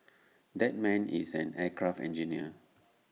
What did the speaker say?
that man is an aircraft engineer